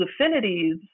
affinities